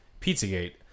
Pizzagate